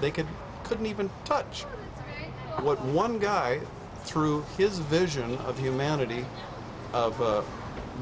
they could couldn't even touch one guy through his vision of humanity of